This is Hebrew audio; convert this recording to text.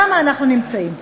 למה אנחנו נמצאים פה?